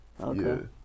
Okay